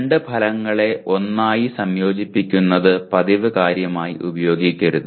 രണ്ട് ഫലങ്ങളെ ഒന്നായി സംയോജിപ്പിക്കുന്നത് പതിവ് കാര്യമായി ഉപയോഗിക്കരുത്